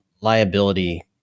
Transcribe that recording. liability